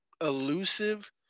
elusive